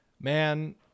man